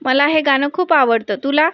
मला हे गाणं खूप आवडतं तुला